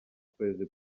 kwezi